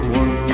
one